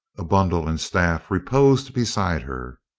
a bundle and staff reposed beside her.